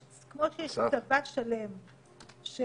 כמו שיש צבא שלם של